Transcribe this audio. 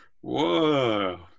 whoa